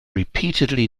repeatedly